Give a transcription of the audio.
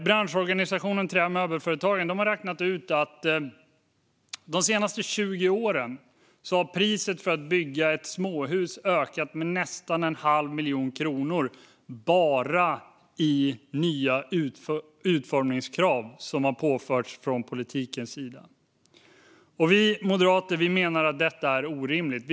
Branschorganisationen Trä och Möbelföretagen har räknat ut att priset för att bygga ett småhus de senaste 20 åren har ökat med nästan en halv miljon kronor bara genom nya utformningskrav som har påförts från politiken. Vi moderater menar att detta är orimligt.